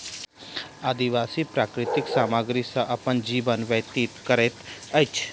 आदिवासी प्राकृतिक सामग्री सॅ अपन जीवन व्यतीत करैत अछि